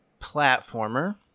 platformer